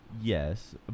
Yes